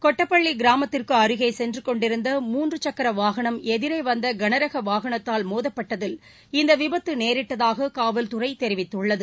கொட்டப்பள்ளி கிராமத்திற்கு அருகே சென்றுகொண்டிருந்த மூன்று சக்கர வாகனம் எதிரே வந்த கனரக வாகனத்தால் மோதப்பட்டதில் இந்த விபத்து நேரிட்டதாக காவல்துறை தெரிவித்துள்ளது